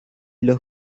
los